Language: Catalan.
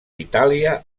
itàlia